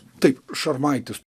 taip šarmaitis